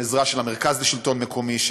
עם עזרה של המרכז לשלטון מקומי,